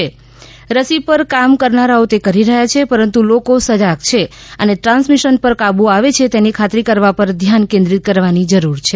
તેમણે કહ્યું કે રસી પર કામ કરનારાઓ તે કરી રહ્યા છે પરંતુ લોકો સજાગ છે અને ટ્રાન્સમિશન પર કાબૂ આવે છે તેની ખાતરી કરવા પર ધ્યાન કેન્દ્રિત કરવાની જરૂર છે